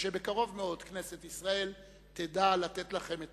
ושבקרוב מאוד כנסת ישראל תדע לתת לכם את